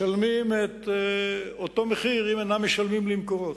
משלמים את אותו מחיר אם אינם משלמים ל"מקורות".